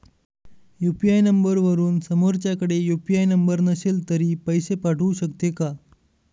UPI नंबरवरून समोरच्याकडे UPI number नसेल तरी पैसे पाठवू शकते का?